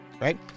Right